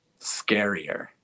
scarier